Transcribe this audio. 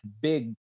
big